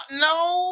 No